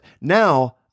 Now